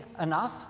enough